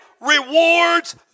rewards